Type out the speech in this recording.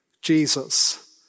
Jesus